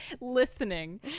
listening